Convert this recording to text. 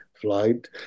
flight